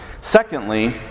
Secondly